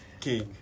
king